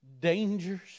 dangers